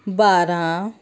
ਬਾਰਾਂ